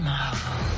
Marvel